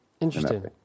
Interesting